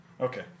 Okay